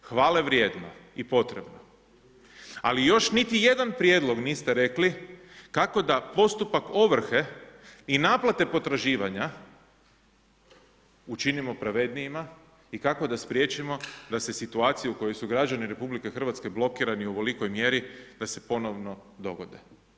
Hvalevrijedno i potrebno ali još niti jedan prijedlog niste rekli kako da postupak ovrhe i naplate potraživanja učinimo pravednijima i kako da spriječimo da se situacija u kojoj su građani RH blokirani u ovolikoj mjeri, da se ponovno dogode.